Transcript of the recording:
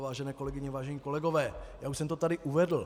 Vážené kolegyně, vážení kolegové, už jsem to tady uvedl.